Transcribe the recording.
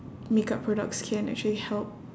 makeup products can actually help